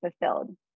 fulfilled